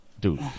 Dude